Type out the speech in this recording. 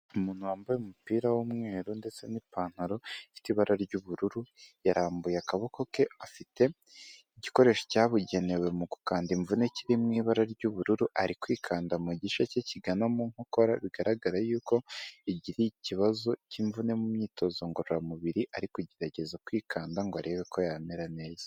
Umuntu wambaye umupira w'umweru ndetse n'ipantaro ifite ibara ry'ubururu, yarambuye akaboko ke afite igikoresho cyabugenewe mu gukanda imvune kiri mu ibara ry'ubururu ari kwikanda mu gice cye kigana mu nkokora, bigaragara yuko yagiriye ikibazo cy'imvune mu myitozo ngororamubiri ari kugerageza kwikanda ngo arebe ko yamera neza.